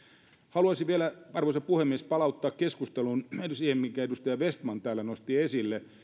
haluaisin vielä arvoisa puhemies palauttaa keskustelun siihen minkä edustaja vestman täällä nosti esille eli